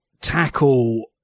tackle